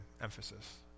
emphasis